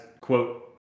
quote